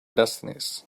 destinies